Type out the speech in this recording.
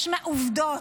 יש עובדות.